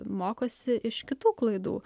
mokosi iš kitų klaidų